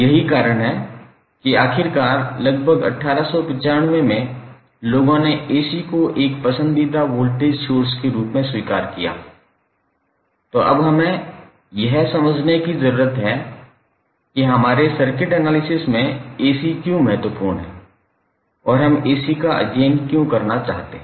यही कारण है कि आखिरकार लगभग 1895 में लोगों ने AC को एक पसंदीदा वोल्टेज सोर्स के रूप में स्वीकार किया तो अब हम यह समझने की कोशिश करते हैं कि हमारे सर्किट एनालिसिस में AC क्यों महत्वपूर्ण है और हम AC का अध्ययन क्यों करना चाहते हैं